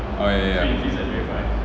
oh ya ya